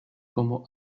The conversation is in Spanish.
como